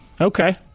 Okay